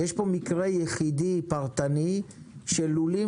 יש פה מקרה יחידי פרטני של לולים,